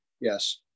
Yes